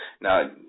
Now